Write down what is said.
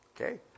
Okay